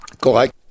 Correct